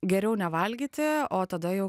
geriau nevalgyti o tada jau